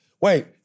wait